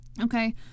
Okay